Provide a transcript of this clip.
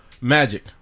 Magic